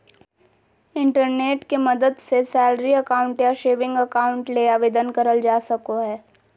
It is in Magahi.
इंटरनेट के मदद से सैलरी अकाउंट या सेविंग अकाउंट ले आवेदन करल जा सको हय